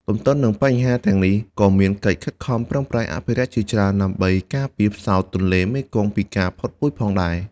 ទន្ទឹមនឹងបញ្ហាប្រឈមទាំងនេះ ក៏មានកិច្ចខិតខំប្រឹងប្រែងអភិរក្សជាច្រើនដើម្បីការពារផ្សោតទន្លេមេគង្គពីការផុតពូជផងដែរ។